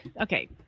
Okay